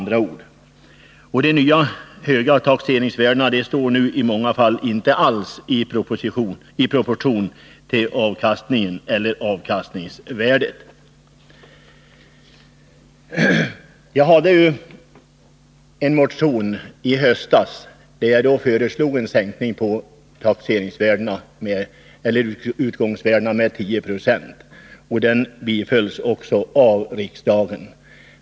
De nya, höga taxeringsvärdena står i många fall inte alls i proportion till avkastningen eller avkastningsvärdet. Jag hade en motion uppe till behandling i höstas där jag föreslog en sänkning av utgångsvärdena med 10 26, och den bifölls också av riksdagen.